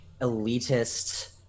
elitist